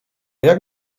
jak